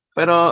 Pero